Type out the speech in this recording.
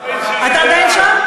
אתה עדיין שם?